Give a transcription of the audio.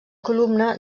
columna